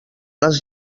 les